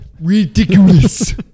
Ridiculous